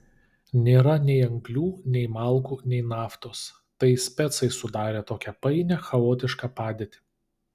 nėra nei anglių nei malkų nei naftos tai specai sudarė tokią painią chaotišką padėtį